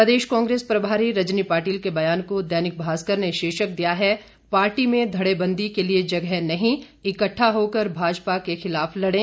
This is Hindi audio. प्रदेश कांग्रेस प्रभारी रजनी पाटिल के बयान को दैनिक भास्कर ने शीर्षक दिया है पार्टी में धड़ेबंदी के लिए जगह नहीं इक्टठा होकर भाजपा के खिलाफ लड़ें